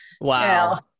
Wow